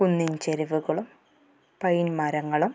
കുന്നിൻ ചരിവുകളും പൈൻ മരങ്ങളും